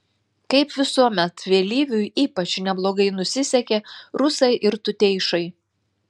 kaip visuomet vėlyviui ypač neblogai nusisekė rusai ir tuteišai